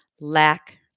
lack